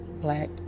black